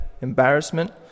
embarrassment